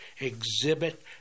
exhibit